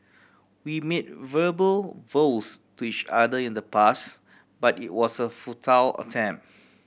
we made verbal vows to each other in the past but it was a futile attempt